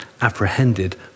apprehended